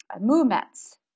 movements